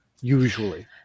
usually